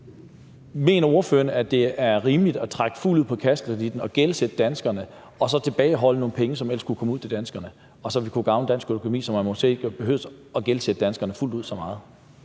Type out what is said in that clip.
Mener ordføreren, at det er rimeligt at trække fuldt ud på kassekreditten og gældsætte danskerne og så tilbageholde nogle penge, som ellers kunne komme ud til danskerne, og som ville kunne gavne dansk økonomi, så man måske ikke behøvede at gældsætte danskerne fuldt ud så meget?